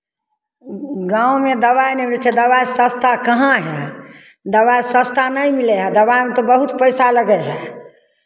गाँवमे दबाइ नहि होइ छै दबाइ सस्ता कहाँ हइ दबाइ सस्ता नहि मिलै हए दबाइमे तऽ बहुत पैसा लगै हए